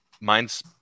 mine's